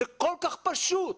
זה כל כך פשוט.